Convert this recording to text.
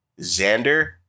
xander